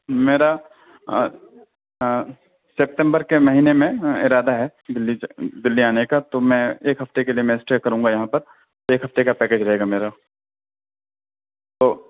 میرا سپتمبر کے مہینے میں ارادہ ہے دلی آنے کا تو میں ایک ہفتے کے لیے میں اسٹے کروں گا یہاں پر ایک ہفتے کا پیکیج رہے گا میرا تو